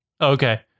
Okay